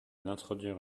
d’introduire